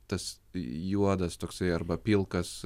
tas juodas toksai arba pilkas